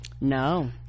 no